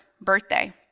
birthday